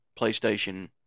PlayStation